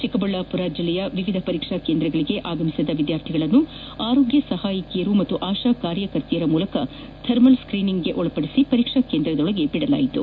ಚಿಕ್ಕಬಳ್ಳಾಪುರ ಜಿಲ್ಲೆಯ ವಿವಿಧ ಪರೀಕ್ಷಾ ಕೇಂದ್ರಗಳಿಗೆ ಆಗಮಿಸಿದ ವಿದ್ಯಾರ್ಥಿಗಳನ್ನು ಆರೋಗ್ಯ ಸಹಾಯಕಿಯರು ಹಾಗೂ ಆಶಾ ಕಾರ್ಯಕರ್ತೆಯರ ಮೂಲಕ ಥರ್ಮಲ್ ಸ್ತೀನಿಂಗ್ ಮಾಡಿ ಪರೀಕ್ಸಾ ಕೇಂದ್ರದೊಳಕ್ಕೆ ಬಿಡಲಾಯಿತು